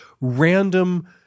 random